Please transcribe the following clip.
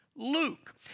Luke